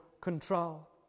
control